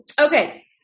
okay